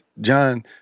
John